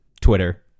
Twitter